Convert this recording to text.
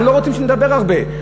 אנחנו לא רוצים לדבר הרבה,